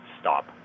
stop